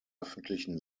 öffentlichen